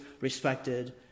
respected